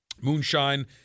moonshine